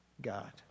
God